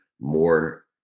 more